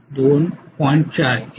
4 ampere असल्यास